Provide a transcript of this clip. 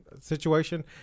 situation